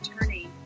attorney